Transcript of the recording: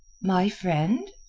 my friend?